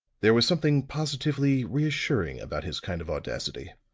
there was something positively reassuring about his kind of audacity.